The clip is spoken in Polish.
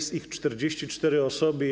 Są 44 osoby.